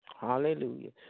Hallelujah